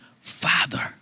Father